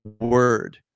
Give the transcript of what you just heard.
word